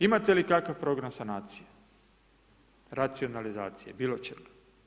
Imate li kakav program sanacije, racionalizacije, bilo čega?